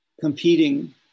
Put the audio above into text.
competing